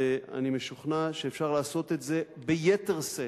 אני משוכנע שאפשר לעשות את זה ביתר שאת,